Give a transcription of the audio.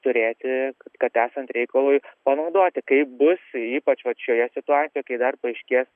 turėti kad esant reikalui panaudoti kaip bus ypač pačioje situacijoje kai dar paaiškės